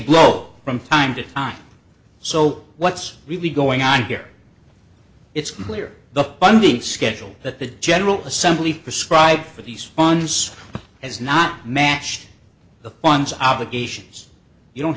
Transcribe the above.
blow from time to time so what's really going on here it's clear the funding schedule that the general assembly prescribed for these funds has not matched the pons obligations you don't